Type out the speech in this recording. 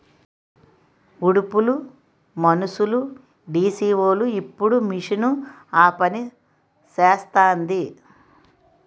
ఉడుపులు మనుసులుడీసీవోలు ఇప్పుడు మిషన్ ఆపనిసేస్తాంది